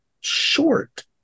short